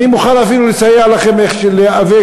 אני מוכן אפילו לסייע לכם להיאבק,